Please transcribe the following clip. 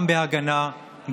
גם בהגנה,